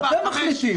אתם מחליטים.